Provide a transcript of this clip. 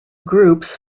groups